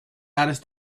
artist